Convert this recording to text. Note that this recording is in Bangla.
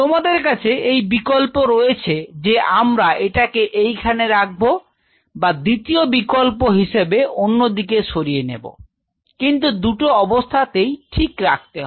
তোমাদের কাছে এই বিকল্প রয়েছে যে আমরা এটাকে এই খানে রাখবো বা দ্বিতীয় বিকল্প হিসেবে অন্যদিকে সরিয়ে নেব কিন্তু দুটো অবস্থাতেই ঠিক রাখতে হবে